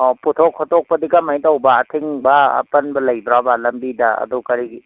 ꯑꯣ ꯄꯨꯊꯣꯛ ꯈꯣꯇꯣꯛꯄꯗꯤ ꯀꯔꯝꯃꯥꯏꯅ ꯇꯧꯕ ꯑꯊꯤꯡꯕ ꯑꯄꯟꯕ ꯂꯩꯕ꯭ꯔꯥꯕ ꯂꯝꯕꯤꯗ ꯑꯗꯨ ꯀꯔꯤꯒꯤ